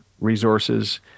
resources